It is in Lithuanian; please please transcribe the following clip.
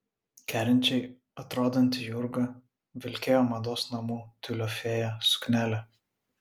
kerinčiai atrodanti jurga vilkėjo mados namų tiulio fėja suknelę